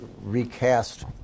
recast